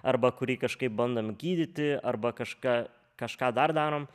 arba kurį kažkaip bandom gydyti arba kažką kažką dar darom